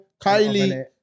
Kylie